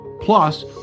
Plus